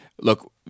look